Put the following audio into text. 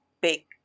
big